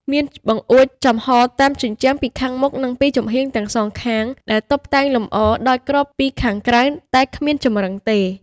មានបង្អួចចំហតាមជញ្ជាំងពីខាងមុខនិងពីចំហៀងទាំងសងខាង ដែលតុបតែងលម្អដោយក្របពីខាងក្រៅ តែគ្មានចម្រឹងទេ។